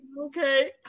Okay